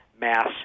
mass